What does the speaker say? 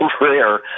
rare